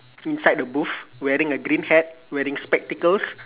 inside the booth wearing a green hat wearing spectacles